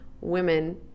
women